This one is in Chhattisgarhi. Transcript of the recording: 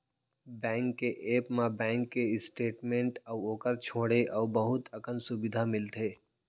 बैंक के ऐप म बेंक के स्टेट मेंट अउ ओकर छोंड़े अउ बहुत अकन सुबिधा मिलथे